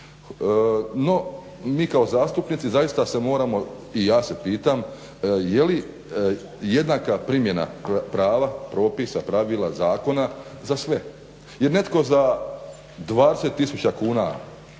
No, mi kao zastupnici zaista se moramo, i ja se pitam je li jednaka primjena prava, propisa, pravila, zakona za sve? Jel netko za 20 000 kuna